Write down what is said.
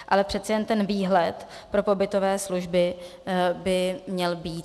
Ale přece jen výhled pro pobytové služby by měl být.